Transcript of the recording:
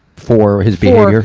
for his behavior?